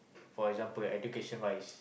for example education wise